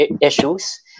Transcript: issues